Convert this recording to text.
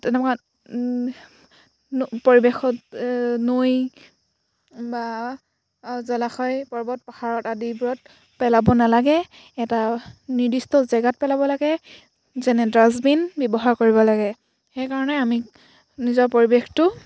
তেনেকুৱা পৰিৱেশত নৈ বা জলাশয় পৰ্বত পাহাৰত আদিবোৰত পেলাব নালাগে এটা নিৰ্দিষ্ট জেগাত পেলাব লাগে যেনে ডাষ্টবিন ব্যৱহাৰ কৰিব লাগে সেইকাৰণে আমি নিজৰ পৰিৱেশটো